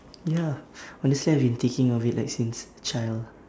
ya honestly I've been thinking of it like since child